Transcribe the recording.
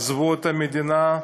עזבו את המדינה,